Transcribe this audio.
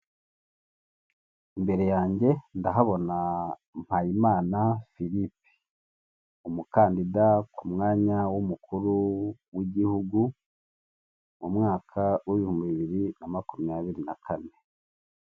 Imbere yanjye ndahabona Mpayimana Philippe, umukandida ku mwanya w'umukuru w'igihugu mu mwaka w'ibihumbi bibiri na makumyabiri na kane.